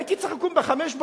הייתי צריך לקום ב-05:00,